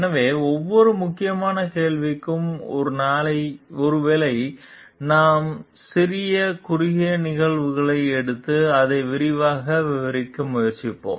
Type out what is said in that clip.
எனவே ஒவ்வொரு முக்கிய கேள்விகளுக்கும் ஒருவேளை நாம் சிறிய குறுகிய நிகழ்வுகளை எடுத்து அதை விரிவாக விரும்ப முயற்சிப்போம்